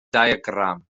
diagram